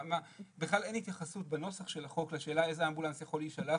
ובכלל אין התייחסות בנוסח של החוק לשאלה איזה אמבולנס יכול להישלח.